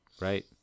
Right